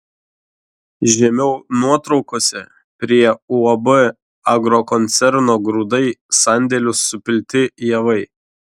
žemiau nuotraukose prie uab agrokoncerno grūdai sandėlių supilti javai